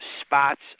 spots